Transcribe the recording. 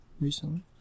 recently